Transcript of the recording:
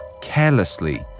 Carelessly